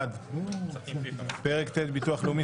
1. פרק ט' (ביטוח לאומי),